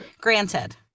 granted